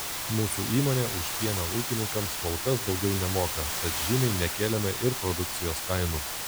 mūsų įmonė už pieną ūkininkams kol kas daugiau nemoka tad žymiai nekėlėme ir produkcijos kainų